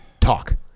talk